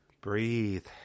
breathe